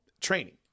training